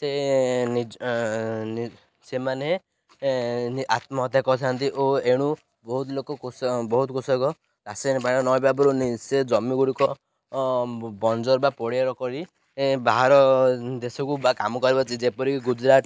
ସେ ନିଜ ସେମାନେ ଆତ୍ମହତ୍ୟା କରିଥାନ୍ତି ଓ ଏଣୁ ବହୁତ ଲୋକ ବହୁତ କୃଷକ ରାସାୟନ ସାର ନପାଇବାରୁ ସେ ଜମିଗୁଡ଼ିକୁ ବଞ୍ଜର୍ ବା ପଡ଼ିଆ ନ କରି ବାହାର ଦେଶକୁ ବା କାମ କରିବା ଯେପରିିକି ଗୁଜୁରାଟ